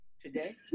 today